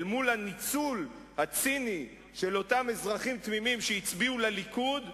אל מול הניצול הציני של אותם אזרחים תמימים שהצביעו לליכוד,